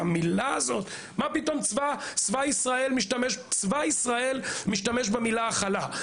מה פתאום צבא ישראל משתמש במילה הכלה?